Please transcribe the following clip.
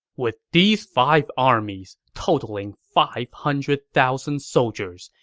with these five armies, totaling five hundred thousand soldiers,